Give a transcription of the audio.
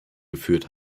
geführt